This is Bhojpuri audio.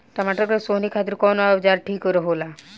टमाटर के सोहनी खातिर कौन औजार ठीक होला?